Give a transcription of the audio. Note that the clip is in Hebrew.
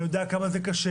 אני יודע כמה זה קשה,